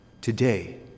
Today